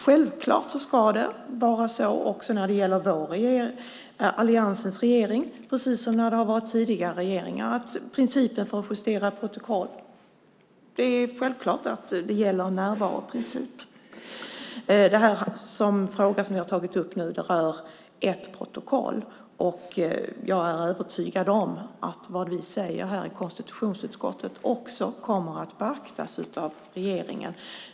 Självklart ska det vara så också när det gäller alliansens regering, precis som tidigare regeringar, att närvaroprincipen gäller för att justera protokoll. Den fråga som jag har tagit upp rör ett protokoll, och jag är övertygad om att vad vi säger i konstitutionsutskottet kommer att beaktas av regeringen.